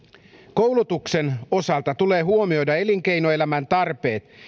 koulutuksen osalta tulee huomioida elinkeinoelämän tarpeet